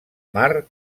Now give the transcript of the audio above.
mar